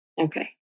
Okay